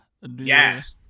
Yes